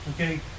Okay